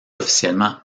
officiellement